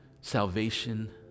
salvation